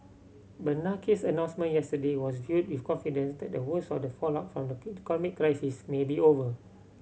Bernanke's announcement yesterday was viewed with confidence that the worst of the fallout from the economic crisis may be over